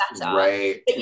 right